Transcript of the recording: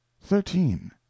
thirteen